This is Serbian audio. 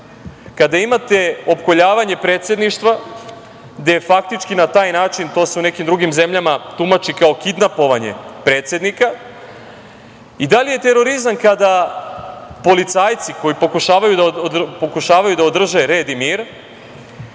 kada imate opkoljavanje predsedništva, gde je faktički na taj način, to se u nekim drugim zemljama tumači kao kidnapovanje predsednika, i da li je terorizam kada policajci koji pokušavaju da održe red i mir,